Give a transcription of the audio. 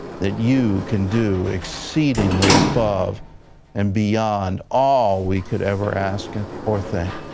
that you can do exceedingly above and beyond all we could ever ask or think.